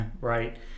right